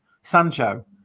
Sancho